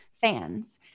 fans